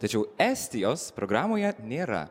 tačiau estijos programoje nėra